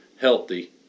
healthy